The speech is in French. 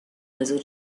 réseau